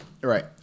Right